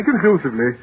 conclusively